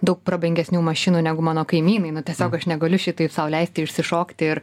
daug prabangesnių mašinų negu mano kaimynai nu tiesiog aš negaliu šitaip sau leisti išsišokti ir